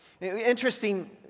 Interesting